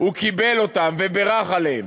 הוא קיבל אותן ובירך עליהן.